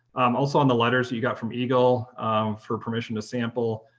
i'm also on the letters that you got from egle for permission to sample.